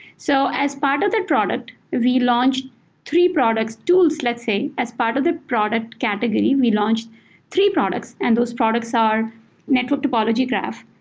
so as part of that product, we launched three products, tools, let's say, as part of the product category. we launched three products, and those products are network topology graph.